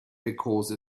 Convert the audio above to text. because